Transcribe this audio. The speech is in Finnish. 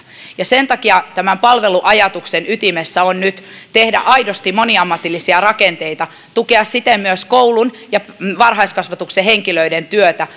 sen takia tämän palveluajatuksen ytimessä on nyt tehdä aidosti moniammatillisia rakenteita ja tukea siten myös koulun ja varhaiskasvatuksen henkilöiden työtä